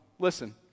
Listen